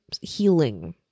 healing